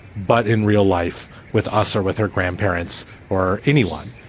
but in real life, with orser, with her grandparents or anyone,